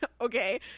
okay